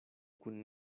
kun